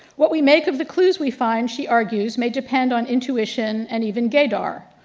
what we make of the clues we find, she argues, may depend on intuition and even gaydar.